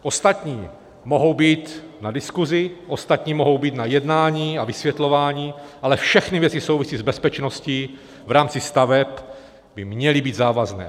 Ostatní mohou být na diskusi, ostatní mohou být na jednání a vysvětlování, ale všechny věci související s bezpečností v rámci staveb by měly být závazné.